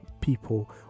people